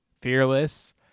fearless